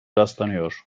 rastlanıyor